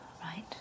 Right